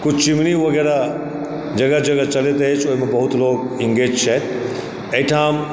किछु चिमनी वगैरह जगह जगह चलैत अछि ओहिमे बहुत लोग इंगेज छथि एहिठाम